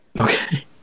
Okay